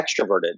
extroverted